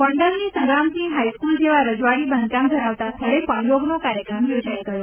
ગોંડલની સંગ્રામસિંહ હાઇસ્કૂલ જેવા રજવાડી બાંધકામ ધરાવતા સ્થળે પણ યોગનો કાર્યક્રમ યોજાઇ ગયો